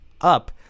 up